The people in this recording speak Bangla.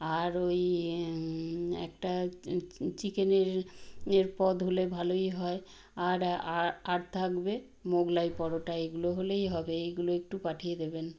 আর ওই একটা চিকেনের এর পদ হলে ভালোই হয় আর আর থাকবে মোগলাই পরোটা এগুলো হলেই হবে এইগুলো একটু পাঠিয়ে দেবেন